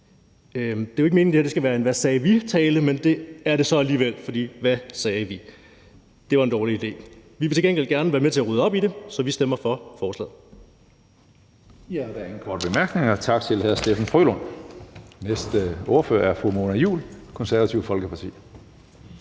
Det er jo ikke meningen, det her skal være en hvad sagde vi-tale, men det er det så alligevel, for hvad sagde vi? Det var en dårlig idé. Vi vil til gengæld gerne være med til at rydde op i det, så vi stemmer for forslaget.